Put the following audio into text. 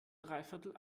dreiviertel